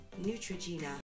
Neutrogena